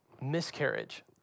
miscarriage